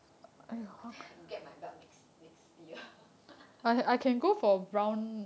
I think I get my belt next year